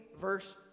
verse